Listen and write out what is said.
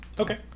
Okay